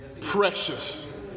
precious